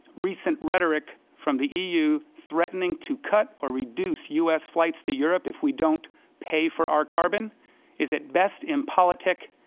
recent rhetoric from the eu threatening to cut or reduce u s. flights to europe if we don't pay for our carbon is, at best, impolitic,